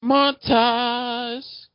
Montage